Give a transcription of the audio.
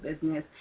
business